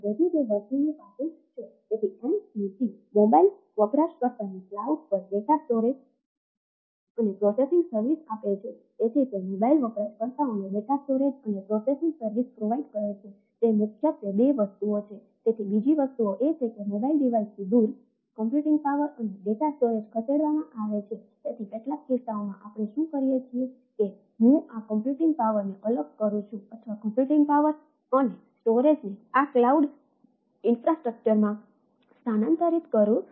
તેથી તે cloud computing સ્થાનાંતરિત કરું છું